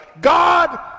God